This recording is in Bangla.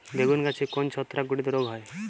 বেগুন গাছে কোন ছত্রাক ঘটিত রোগ হয়?